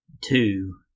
Two